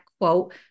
quote